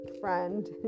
friend